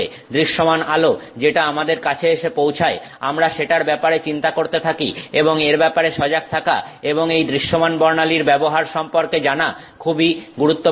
দৃশ্যমান আলো যেটা আমাদের কাছে এসে পৌছায় আমরা সেটার ব্যাপারে চিন্তা করতে থাকি এবং এর ব্যাপারে সজাগ থাকা এবং এই দৃশ্যমান বর্ণালীর ব্যবহার সম্পর্কে জানা খুবই গুরুত্বপূর্ণ